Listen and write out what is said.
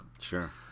Sure